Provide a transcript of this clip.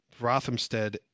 Rothamsted